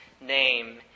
name